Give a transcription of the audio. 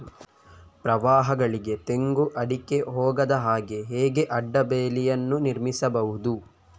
ಪ್ರವಾಹಗಳಿಗೆ ತೆಂಗು, ಅಡಿಕೆ ಹೋಗದ ಹಾಗೆ ಹೇಗೆ ಅಡ್ಡ ಬೇಲಿಯನ್ನು ನಿರ್ಮಿಸಬಹುದು?